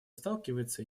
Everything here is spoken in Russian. сталкивается